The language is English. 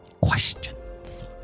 questions